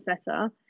setter